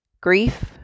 grief